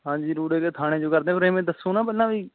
ਹਾਂਜੀ ਰੂੜੇਕੇ ਥਾਣੇ ਚੋਂ ਕਰਦੇ ਪਰ ਐਵੇਂ ਦੱਸੋ ਨਾ ਪਹਿਲਾਂ ਵੀ